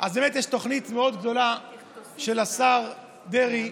יש תוכנית מאוד גדולה של השר דרעי,